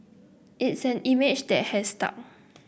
it's an image that has stuck